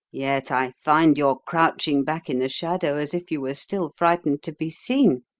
yet i find your crouching back in the shadow as if you were still frightened to be seen.